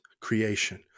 creation